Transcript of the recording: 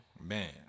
Man